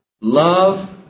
love